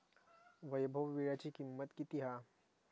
वैभव वीळ्याची किंमत किती हा?